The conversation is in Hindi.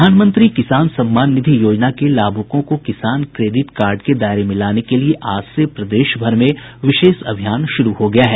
प्रधानमंत्री किसान सम्मान निधि योजना के लाभूकों को किसान क्रेडिट कार्ड के दायरे में लाने के लिए आज से प्रदेश भर में विशेष अभियान शुरू हो गया है